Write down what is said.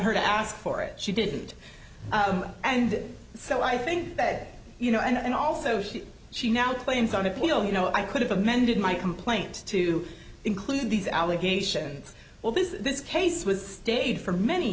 her to ask for it she didn't and so i think that you know and also she she now claims on appeal you know i could have amended my complaint to include these allegations well because this case was stayed for many